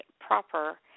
proper